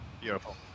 beautiful